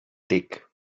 dick